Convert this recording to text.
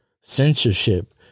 censorship